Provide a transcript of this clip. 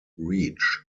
reach